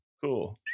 cool